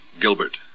Gilbert